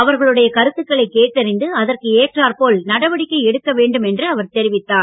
அவருடைய கருத்துக்களை கேட்டறிந்து அதற்றேறர் போல் நடவடிக்கை எடுக்க வேண்டும் என்று அவர் தெரிவித்தார்